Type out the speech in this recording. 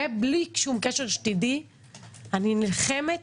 ובלי שום קשר, שתדעי שאני נלחמת